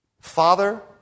Father